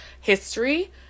history